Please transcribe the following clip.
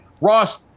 Ross